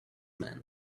man